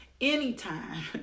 Anytime